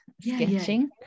sketching